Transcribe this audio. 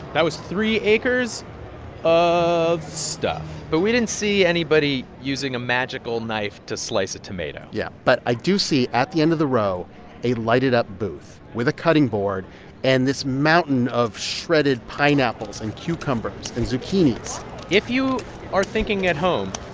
that was three acres of stuff. but we didn't see anybody using a magical knife to slice a tomato yeah. but i do see at the end of the row a lighted-up booth with a cutting board and this mountain of shredded pineapples and cucumbers and zucchinis if you are thinking at home,